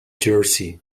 jersey